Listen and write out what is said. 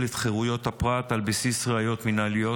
את חירויות הפרט על בסיס ראיות מינהליות,